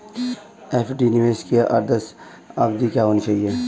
FD निवेश की आदर्श अवधि क्या होनी चाहिए?